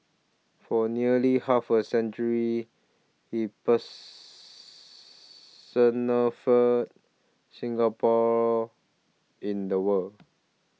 for nearly half a century he personified Singapore in the world